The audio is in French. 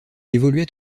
évoluait